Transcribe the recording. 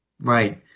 Right